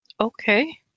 Okay